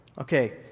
Okay